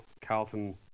Carlton